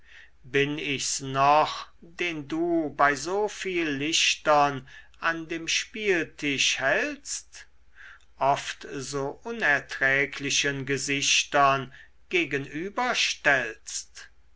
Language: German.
bin ich's noch den du bei so viel lichtern an dem spieltisch hältst oft so unerträglichen gesichtern gegenüber stellst